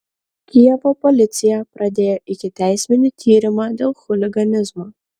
kijevo policija pradėjo ikiteisminį tyrimą dėl chuliganizmo